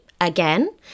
again